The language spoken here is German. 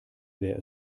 wer